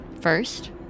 first